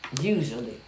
Usually